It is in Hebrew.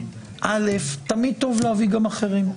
א' תמיד טוב להביא גם אחרים,